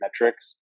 metrics